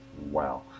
Wow